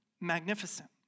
magnificent